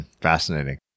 Fascinating